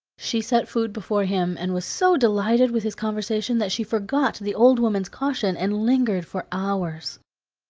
she set food before him, and was so delighted with his conversation that she forgot the old woman's caution, and lingered for hours.